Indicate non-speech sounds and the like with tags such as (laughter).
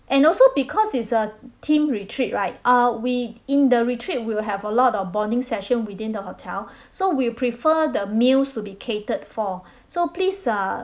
and also because it's a team retreat right uh we in the retreat we'll have a lot of bonding session within the hotel (breath) so we prefer the meals to be catered for (breath) so please err